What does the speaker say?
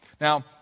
Now